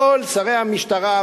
כל שרי המשטרה,